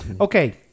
Okay